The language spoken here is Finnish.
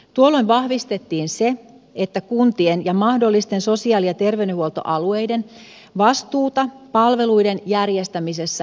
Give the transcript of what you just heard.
tuolloin vahvistettiin se että kuntien ja mahdollisten sosiaali ja terveydenhuoltoalueiden vastuuta palveluiden järjestämisessä lisätään